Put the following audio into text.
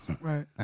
Right